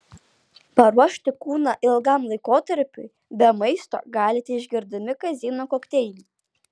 paruošti kūną ilgam laikotarpiui be maisto galite išgerdami kazeino kokteilį